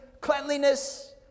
cleanliness